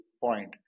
point